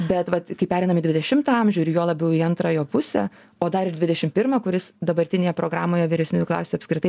bet vat kai pereinam į dvidešimtą amžių ir juo labiau į antrą jo pusę o dar ir dvidešim pirmą kuris dabartinėje programoje vyresniųjų klasių apskritai